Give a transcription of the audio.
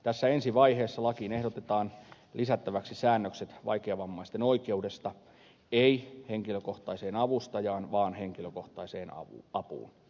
tässä ensi vaiheessa lakiin ehdotetaan lisättäväksi säännökset vaikeavammaisten oikeudesta ei henkilökohtaiseen avustajaan vaan henkilökohtaiseen apuun